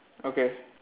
okay